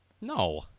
No